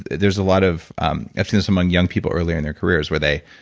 there's a lot of abstinence among young people earlier in their careers where they,